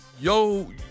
Yo